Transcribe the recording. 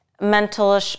mental